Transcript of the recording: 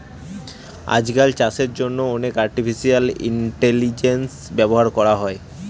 আজকাল চাষের জন্য অনেক আর্টিফিশিয়াল ইন্টেলিজেন্স ব্যবহার করা হয়